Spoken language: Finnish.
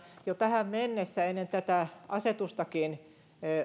jo tähän mennessä ennen tätä asetustakin